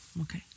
Okay